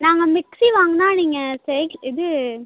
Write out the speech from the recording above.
நாங்கள் மிக்சி வாங்கினா நீங்கள் சைக் இது